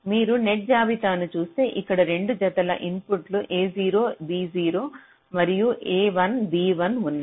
మీరు నెట్ జాబితాను చూస్తే ఇక్కడ 2 జతల ఇన్పుట్ a0 b0 మరియు a1 b1 ఉన్నాయి